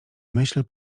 myśl